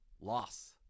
Loss